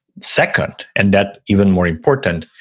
second, and that even more important.